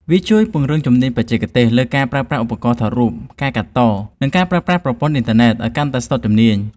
វាជួយពង្រឹងជំនាញបច្ចេកទេសលើការប្រើប្រាស់ឧបករណ៍ថតរូប ការកាត់ត និងការប្រើប្រាស់ប្រព័ន្ធអ៊ីនធឺណិតឱ្យកាន់តែស្ទាត់ជំនាញ។